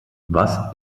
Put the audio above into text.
was